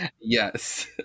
Yes